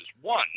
One